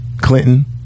Clinton